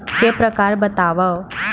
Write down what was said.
के प्रकार बतावव?